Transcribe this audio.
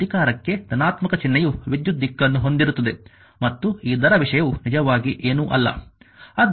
ಈಗ ಅಧಿಕಾರಕ್ಕೆ ಧನಾತ್ಮಕ ಚಿಹ್ನೆಯು ವಿದ್ಯುತ್ ದಿಕ್ಕನ್ನು ಹೊಂದಿರುತ್ತದೆ ಮತ್ತು ಈ ದರ ವಿಷಯವು ನಿಜವಾಗಿ ಏನೂ ಅಲ್ಲ